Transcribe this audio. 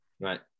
right